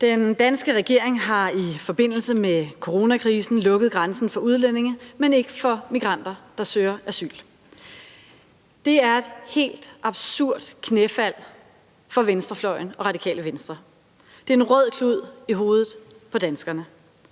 Den danske regering har i forbindelse med coronakrisen lukket grænsen for udlændinge, men ikke for migranter, der søger asyl. Det er et helt absurd knæfald for venstrefløjen og Radikale Venstre. Det er en rød klud i hovedet på danskerne.